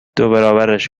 دوبرابرش